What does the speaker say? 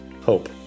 hope